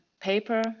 paper